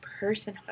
personhood